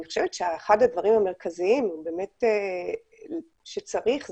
אני חושבת שאחד הדברים המרכזיים שצריך זה,